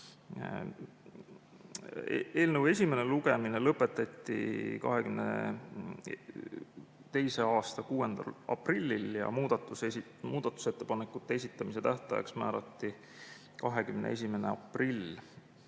Eelnõu esimene lugemine lõpetati 2022. aasta 6. aprillil ja muudatusettepanekute esitamise tähtajaks määrati 21. aprill.